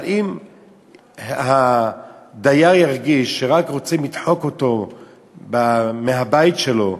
אבל אם הדייר ירגיש שרק רוצים לדחוק אותו מהבית שלו,